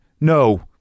no